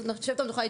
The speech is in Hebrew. לשבת על המדוכה,